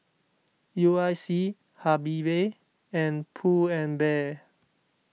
U I C Habibie and Pull and Bear